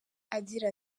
agira